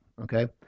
Okay